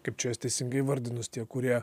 kaip čia juos teisingai įvardinus tie kurie